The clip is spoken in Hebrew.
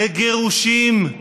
לגירושים.